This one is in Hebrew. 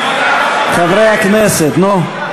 הכנסת, חברי הכנסת, נו.